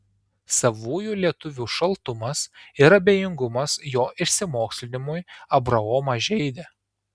savųjų lietuvių šaltumas ir abejingumas jo išsimokslinimui abraomą žeidė